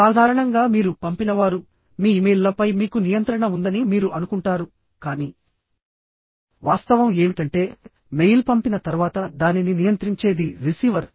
సాధారణంగా మీరు పంపినవారు మీ ఇమెయిల్లపై మీకు నియంత్రణ ఉందని మీరు అనుకుంటారు కానీ వాస్తవం ఏమిటంటే మెయిల్ పంపిన తర్వాత దానిని నియంత్రించేది రిసీవర్